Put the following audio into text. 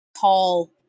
tall